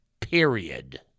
period